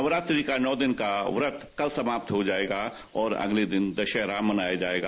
नवरात्रि का नौ दिन का व्रत कल समाप्त हो जाएगा और अगले दिन दशहरा मनाया जाएगा